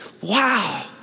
Wow